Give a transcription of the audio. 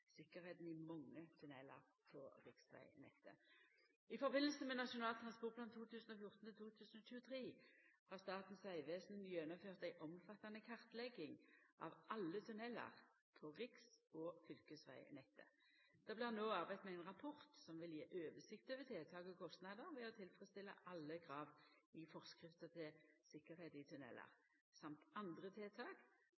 i mange tunnelar på riksvegnettet. I samband med Nasjonal transportplan 2014–2023 har Statens vegvesen gjennomført ei omfattande kartlegging av alle tunnelar på riks- og fylkesvegnettet. Det blir no arbeidd med ein rapport som vil gje oversikt over tiltak og kostnader ved å tilfredsstilla alle krava i forskrifta til tryggleik i